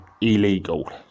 illegal